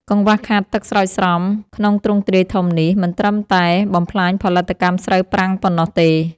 កង្វះខាតទឹកស្រោចស្រពក្នុងទ្រង់ទ្រាយធំនេះ មិនត្រឹមតែបំផ្លាញផលិតកម្មស្រូវប្រាំងប៉ុណ្ណោះទេ។